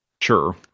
Sure